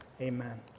Amen